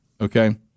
Okay